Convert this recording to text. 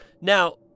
Now